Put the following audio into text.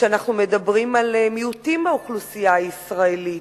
כשאנחנו מדברים על מיעוטים באוכלוסייה הישראלית,